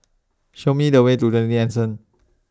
Show Me The Way to twenty Anson